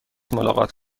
ملاقات